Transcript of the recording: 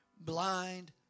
blind